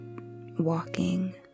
walking